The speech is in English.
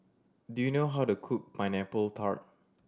do you know how to cook Pineapple Tart